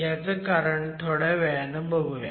ह्याचं कारण थोड्या वेळाने बघूया